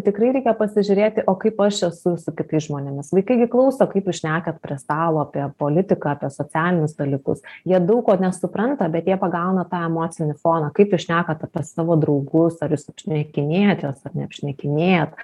tikrai reikia pasižiūrėti o kaip aš esu su kitais žmonėmis vaikai gi klauso kaip jūs šnekat prie stalo apie politiką apie socialinius dalykus jie daug ko nesupranta bet jie pagauna tą emocinį foną kaip jūs šnekat apie savo draugus ar jūs apšnekinėjat juos ar neapšnekinėjat